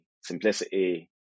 simplicity